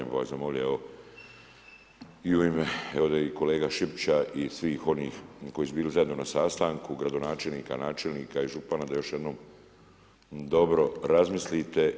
Pa bih vas zamolio i u ime ovdje i kolege Šipića i svih onih koji su bili zajedno na sastanku gradonačelnika, načelnika i župana da još jednom dobro razmislite.